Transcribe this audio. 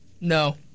No